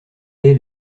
est